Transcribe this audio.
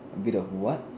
a bit of what